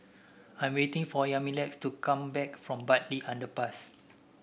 I'm waiting for Yamilex to come back from Bartley Underpass